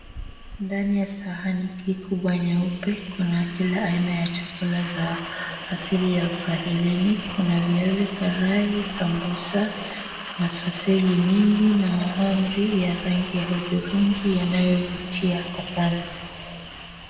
Ndani ya sahani hii kubwa nyeupe kuna kila aina ya chakula za asili ya uswahilini kuna viazi karai, sambusa, kuna soseji nyingi na mahamri ya rangi hudhurungi yanayovutia kwa sana.